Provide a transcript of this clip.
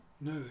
No